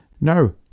No